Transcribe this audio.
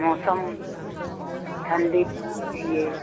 मौसम ठण्डी कऽ छियै